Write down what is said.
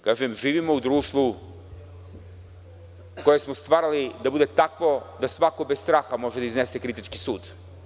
Kažem, živimo u društvu koje smo stvarali da bude takvo da svako bez straha može da iznese kritički sud.